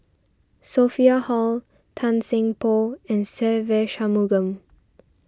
Sophia Hull Tan Seng Poh and Se Ve Shanmugam